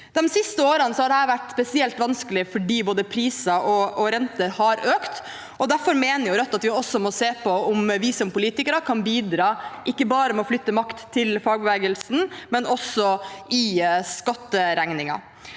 De siste årene har dette vært spesielt vanskelig fordi både priser og renter har økt. Derfor mener Rødt at vi også må se på om vi som politikere kan bidra ikke bare med å flytte makt til fagbevegelsen, men også i skatteregningen.